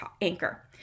anchor